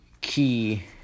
Key